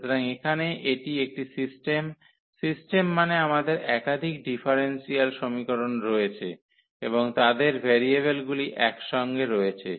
সুতরাং এখানে এটি একটি সিস্টেম সিস্টেম মানে আমাদের একাধিক ডিফারেনশিয়াল সমীকরণ রয়েছে এবং তাদের ভেরিয়েবলগুলি একসঙ্গে রয়েছে